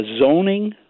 zoning